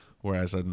Whereas